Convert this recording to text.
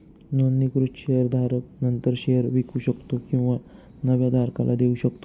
नोंदणीकृत शेअर धारक नंतर शेअर विकू शकतो किंवा नव्या धारकाला देऊ शकतो